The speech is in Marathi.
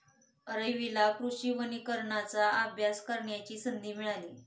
रवीला कृषी वनीकरणाचा अभ्यास करण्याची संधी मिळाली